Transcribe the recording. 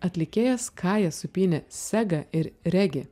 atlikėjas kaja supynė sergą ir regį